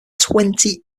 twenty